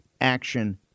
action